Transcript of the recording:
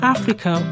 Africa